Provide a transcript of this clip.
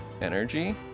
energy